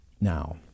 Now